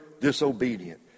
disobedient